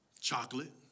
Chocolate